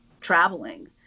traveling